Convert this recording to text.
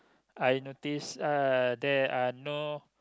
I notice uh there are no